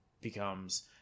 becomes